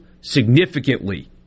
significantly